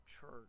church